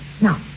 Now